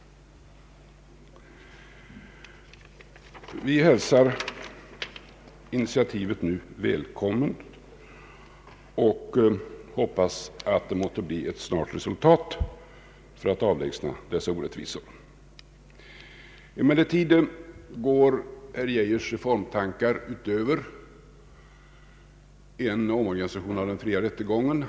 Vi hälsar initiativet välkommet och hoppas att det måste ge ett snart resultat så att dessa orättvisor avlägsnas. Emellertid går herr Geijers reformtankar utöver en omorganisation av den fria rättegången.